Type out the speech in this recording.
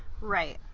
Right